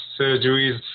surgeries